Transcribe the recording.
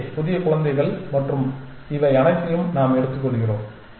k புதிய குழந்தைகள் மற்றும் இவை அனைத்தையும் நாம் எடுத்துக்கொள்கிறோம்